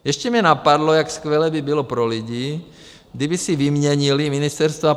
Ještě mě napadlo, jak skvělé by bylo pro lidi, kdyby si vyměnili ministerstva.